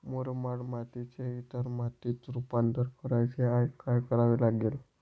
मुरमाड मातीचे इतर मातीत रुपांतर करायचे आहे, काय करावे लागेल?